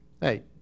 hey